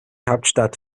hauptstadt